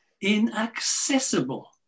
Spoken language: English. inaccessible